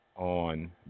On